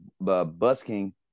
busking